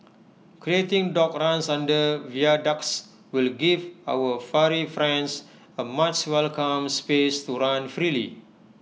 creating dog runs under viaducts will give our furry friends A much welcome space to run freely